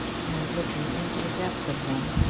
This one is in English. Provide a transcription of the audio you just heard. and looking into the depth of them,